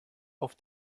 auf